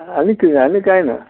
आनी किदें आनी कांय ना